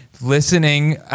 Listening